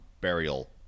burial